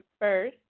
first